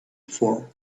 before